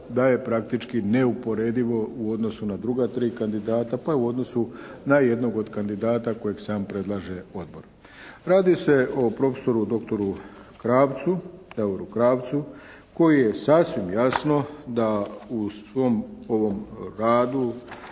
da je praktički neuporedivo u odnosu na druga tri kandidata, pa i u odnosu na jednog od kandidata kojeg sam predlaže Odbor. Radi se o profesoru doktoru Krapcu, Davoru Krapcu koji je sasvim jasno da u svom ovom radu